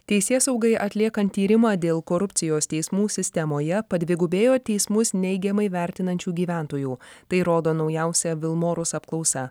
teisėsaugai atliekant tyrimą dėl korupcijos teismų sistemoje padvigubėjo teismus neigiamai vertinančių gyventojų tai rodo naujausia vilmorus apklausa